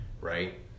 right